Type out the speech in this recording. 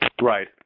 Right